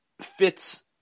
fits